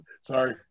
Sorry